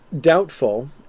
doubtful